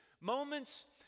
moments